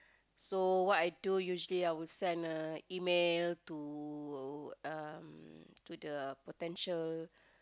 so what I do usually I would send uh email to um to the potential